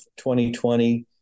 2020